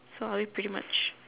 so are we pretty much